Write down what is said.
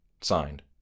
Signed